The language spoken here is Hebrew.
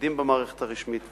התלמידים במערכת הרשמית ועוד.